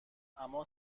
اون